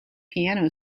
piano